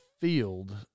field